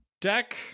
deck